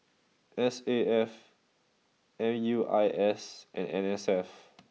S A F M U I S and N S F